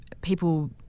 People